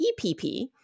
EPP